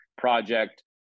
project